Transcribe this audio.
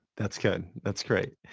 that's good. that's great.